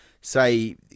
say